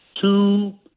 Two